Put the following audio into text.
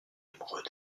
amoureux